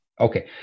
Okay